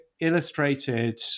illustrated